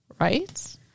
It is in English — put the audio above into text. Right